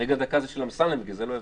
רגע דקה זה של אמסלם בגלל זה לא הבנתי.